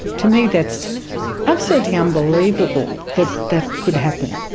to me that's absolutely unbelievable that that could happen.